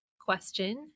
question